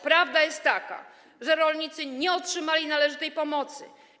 Prawda jest taka, że rolnicy nie otrzymali należytej pomocy.